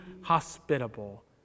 hospitable